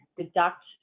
deduct